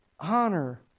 Honor